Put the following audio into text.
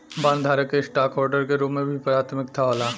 बॉन्डधारक के स्टॉकहोल्डर्स के ऊपर भी प्राथमिकता होला